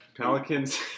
Pelicans